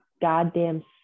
goddamn